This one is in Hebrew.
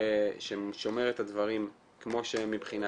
-- ששומר את הדברים כמו שהם מבחינה